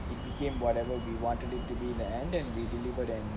it became whatever we wanted it to be in the end and we delivered and